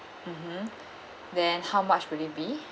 mmhmm then how much will it be